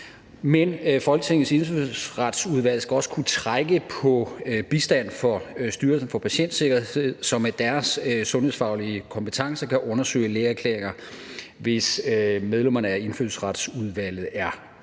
Men Folketingets Indfødsretsudvalg skal også kunne trække på bistand fra Styrelsen for Patientsikkerhed, som med deres sundhedsfaglige kompetence kan undersøge lægeerklæringer, hvis medlemmerne af Indfødsretsudvalget af